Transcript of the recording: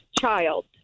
child